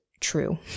true